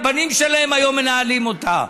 והבנים שלהם היום מנהלים אותה?